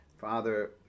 Father